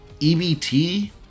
EBT